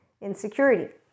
insecurity